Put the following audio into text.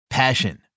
Passion